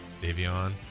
Davion